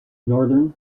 northern